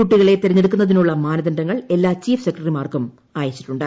കുട്ടികളെ തെരഞ്ഞെടുക്കുന്നതിനുള്ള മാനദണ്ഡങ്ങൾ എല്ലാ ചീഫ് സെക്രട്ടറിമാർക്കും അയച്ചിട്ടുണ്ട്